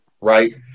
Right